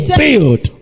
build